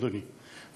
אדוני,